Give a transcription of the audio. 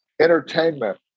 Entertainment